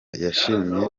yashimiye